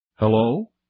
Hello